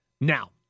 Now